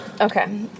Okay